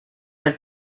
del